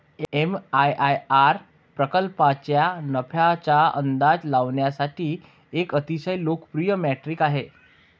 MIRR प्रकल्पाच्या नफ्याचा अंदाज लावण्यासाठी एक अतिशय लोकप्रिय मेट्रिक आहे